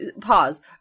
pause